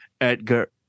Edgar